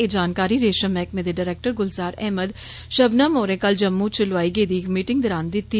एह जानकारी रेषम मैहकमे दे डायरेक्टर गुलजार अहमद षबनम होरें कल जम्मू च लोआई गेदी इक मीटिंग दौरान दिती